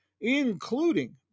including